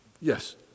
Yes